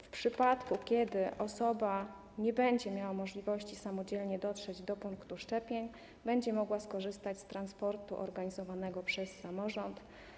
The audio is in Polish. W przypadku kiedy osoba nie będzie miała możliwości samodzielnie dotrzeć do punktu szczepień, będzie mogła skorzystać z transportu organizowanego przez samorząd.